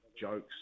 jokes